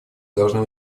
должны